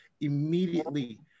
immediately